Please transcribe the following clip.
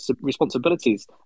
responsibilities